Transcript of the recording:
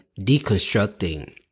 deconstructing